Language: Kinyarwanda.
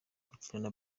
gukina